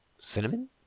cinnamon